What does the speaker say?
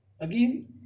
again